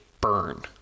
burn